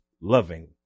loving